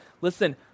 listen